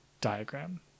diagram